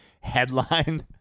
headline